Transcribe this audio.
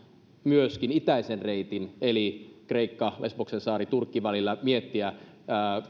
myöskin itäisen reitin osalta eli kreikka lesboksen saari turkki välillä miettiä sitä